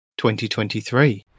2023